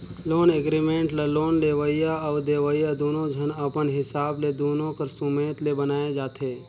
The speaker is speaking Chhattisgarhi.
लोन एग्रीमेंट ल लोन लेवइया अउ देवइया दुनो झन अपन हिसाब ले दुनो कर सुमेत ले बनाए जाथें